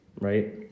right